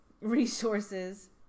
resources